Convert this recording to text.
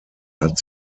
hat